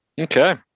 Okay